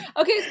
Okay